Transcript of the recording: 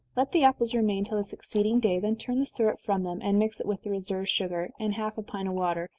let the apples remain till the succeeding day then turn the syrup from them, and mix it with the reserved sugar, and half a pint of water,